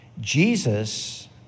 Jesus